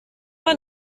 man